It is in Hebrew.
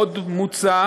עוד מוצע